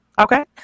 Okay